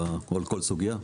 או על כל סוגיה.